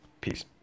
Peace